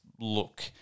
look